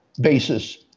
basis